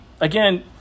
again